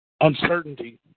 uncertainty